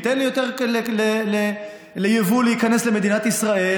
ניתן ליותר יבוא להיכנס למדינת ישראל,